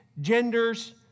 genders